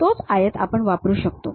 तोच आयत आपण वापरू शकतो